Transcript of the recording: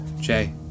Jay